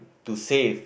to save